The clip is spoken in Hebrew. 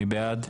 מי בעד?